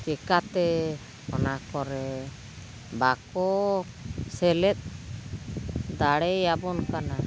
ᱪᱮᱠᱟᱛᱮ ᱚᱱᱟ ᱠᱚᱨᱮ ᱵᱟᱠᱚ ᱥᱮᱞᱮᱫ ᱫᱟᱲᱮᱭᱟᱵᱚᱱ ᱠᱟᱱᱟ